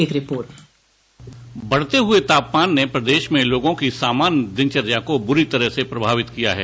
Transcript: एक रिपोर्ट बढ़ते हुए तापमान ने प्रदेश में लोंगों की सामान्य दिनचर्या को बुरी तरह से प्रभावित किया है